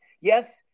Yes